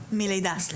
מלידה.